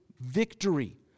victory